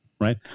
right